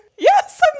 Yes